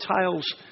tiles